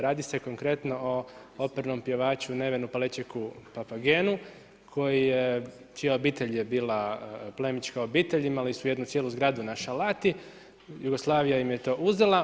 Radi se konkretno o opernom pjevaču Nevenu Palečeku Papagenu koji je, čija obitelj je bila plemićka obitelj, imali su jednu cijelu zgradu na Šalati, Jugoslavija im je to uzela.